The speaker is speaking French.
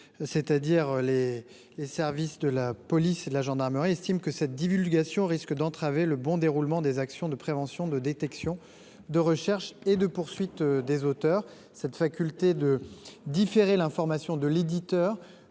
c’est à dire la police et la gendarmerie – estime que cette divulgation risque d’entraver le bon déroulement des actions de prévention, de détection, de recherche et de poursuite des responsables. Cette possibilité de différer l’information de l’éditeur